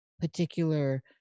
particular